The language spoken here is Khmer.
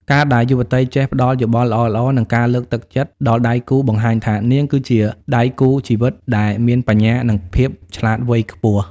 ការដែលយុវតីចេះ "ផ្ដល់យោបល់ល្អៗ និងការលើកទឹកចិត្ត" ដល់ដៃគូ បង្ហាញថានាងគឺជាដៃគូជីវិតដែលមានបញ្ញា និងភាពឆ្លាតវៃខ្ពស់។